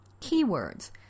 keywords